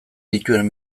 dituen